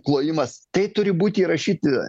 klojimas tai turi būti įrašyti